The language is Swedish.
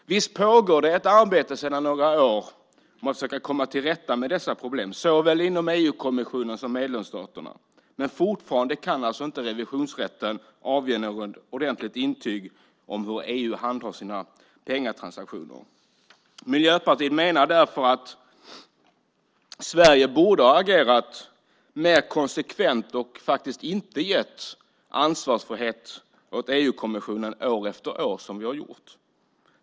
Visst pågår det ett arbete sedan några år med att försöka komma till rätta med dessa problem såväl inom EU-kommissionen som i medlemsstaterna, men fortfarande kan alltså inte revisionsrätten avge något ordentligt intyg om hur EU handhar sina pengatransaktioner. Miljöpartiet menar därför att Sverige borde ha agerat mer konsekvent och faktiskt inte gett EU-kommissionen ansvarsfrihet år efter år som vi har gjort.